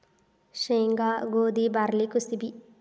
ಸೇಂಗಾ, ಗೋದಿ, ಬಾರ್ಲಿ ಕುಸಿಬಿ